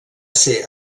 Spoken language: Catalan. ser